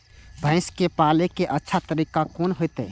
भैंस के पाले के अच्छा तरीका कोन होते?